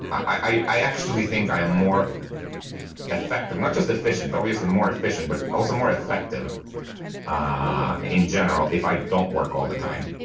i i actually think i am more effective not just efficient, obviously more efficient but also more effective ah in general if i don't work all the time.